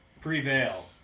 prevail